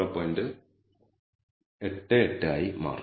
88 ആയി മാറുന്നു